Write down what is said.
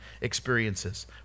experiences